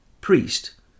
priest